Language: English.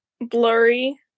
blurry